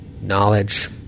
knowledge